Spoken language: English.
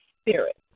spirit